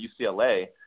UCLA